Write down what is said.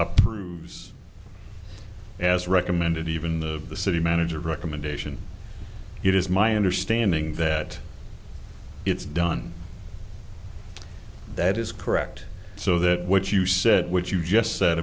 approves has recommended even the city manager recommendation it is my understanding that it's done that is correct so that what you said which you just said